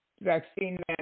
vaccine